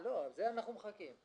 לא, זה אנחנו מחכים.